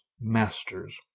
masters